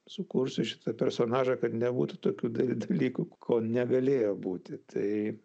sukursiu šitą personažą kad nebūtų tokių dalykų ko negalėjo būti tai